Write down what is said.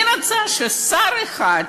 אני רוצה ששר אחד,